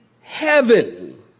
heaven